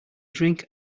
drink